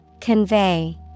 Convey